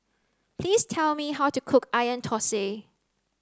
please tell me how to cook onion Thosai